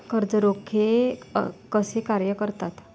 कर्ज रोखे कसे कार्य करतात?